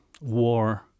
war